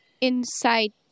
Inside